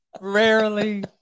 Rarely